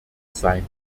sein